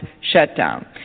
shutdown